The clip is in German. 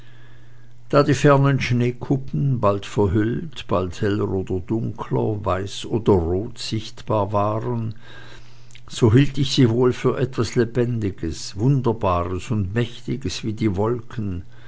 da die fernen schneekuppen bald verhüllt bald heller oder dunkler weiß oder rot sichtbar waren so hielt ich sie wohl für etwas lebendiges wunderbares und mächtiges wie die wolken